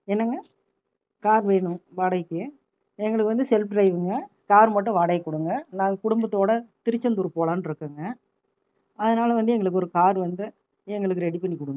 என்னங்க கார் வேணும் வாடகைக்கு எங்களுக்கு வந்து செல்ப் டிரைவுங்க கார் மட்டும் வாடகைக்கு கொடுங்க நாங்கள் குடும்பத்தோட திருச்செந்தூர் போலான்ட் இருக்கோங்க அதனால் வந்து எங்களுக்கு ஒரு கார் வந்து எங்களுக்கு ரெடி பண்ணி கொடுங்க